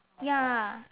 ya